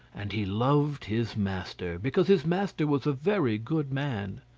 and he loved his master, because his master was a very good man.